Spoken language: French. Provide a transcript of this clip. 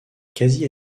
quasi